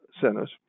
centers